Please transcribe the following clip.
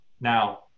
Now